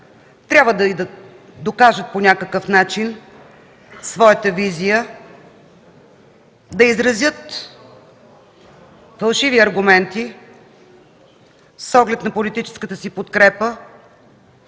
трябва да докажат по някакъв начин своята визия, да изразят фалшиви аргументи с оглед на политическата си подкрепа